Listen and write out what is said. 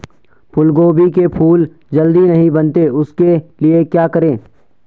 फूलगोभी के फूल जल्दी नहीं बनते उसके लिए क्या करें?